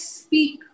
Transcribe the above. speak